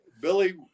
Billy